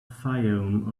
fayoum